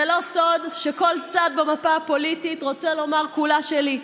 זה לא סוד שכל צד במפה הפוליטית רוצה לומר "כולה שלי".